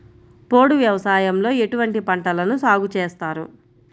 పోడు వ్యవసాయంలో ఎటువంటి పంటలను సాగుచేస్తారు?